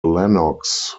lennox